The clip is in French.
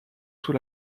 sous